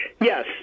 Yes